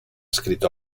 escrit